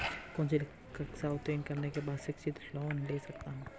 कौनसी कक्षा उत्तीर्ण करने के बाद शिक्षित लोंन ले सकता हूं?